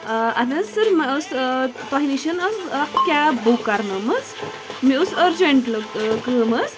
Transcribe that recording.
اَہَن حَظ سَر مےٚ ٲسۍ تۅہہِ نِش حظ اَکھ کیب بُک کَرنٲومٕژ مےٚ اوس أرجَنٛٹ کٲم حظ